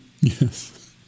Yes